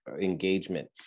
engagement